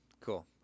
Cool